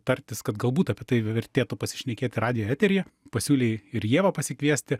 tartis kad galbūt apie tai vertėtų pasišnekėti radijo eteryje pasiūlei ir ievą pasikviesti